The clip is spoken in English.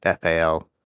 FAL